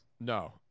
No